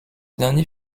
dernier